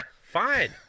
fine